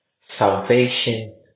Salvation